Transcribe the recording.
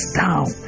down